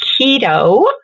keto